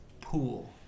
pool